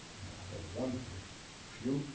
have one here. a few.